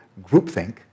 groupthink